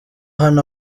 hano